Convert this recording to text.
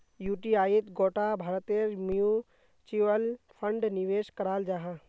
युटीआईत गोटा भारतेर म्यूच्यूअल फण्ड निवेश कराल जाहा